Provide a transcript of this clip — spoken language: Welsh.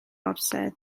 orsedd